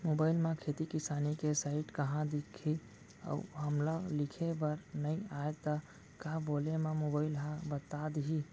Mobile म खेती किसानी के साइट कहाँ दिखही अऊ हमला लिखेबर नई आय त का बोले म मोबाइल ह बता दिही?